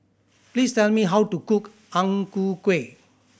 please tell me how to cook Ang Ku Kueh